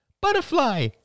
Butterfly